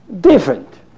different